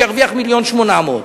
שירוויח מיליון ו-800,000.